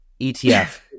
ETF